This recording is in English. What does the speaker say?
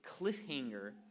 cliffhanger